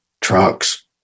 trucks